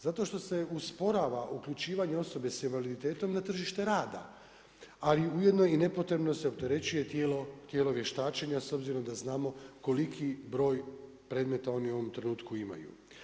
Zato što se usporava uključivanje osobe s invaliditetom na tržište rada, ali ujedno i nepotrebno se opterećuje tijelo vještačenja s obzirom da znamo koliki broj predmeta oni u ovom trenutku imaju.